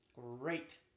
Great